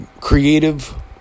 creative